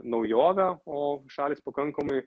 naujovė o šalys pakankamai